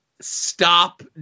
stop